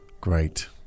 Great